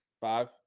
five